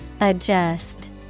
Adjust